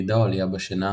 ירידה\עלייה בשינה,